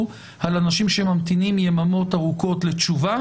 על אנשים שממתינים יממות ארוכות לתשובה